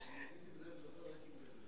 עכשיו כל האזרחים בבית רואים אותו.